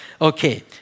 Okay